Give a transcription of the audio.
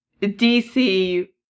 DC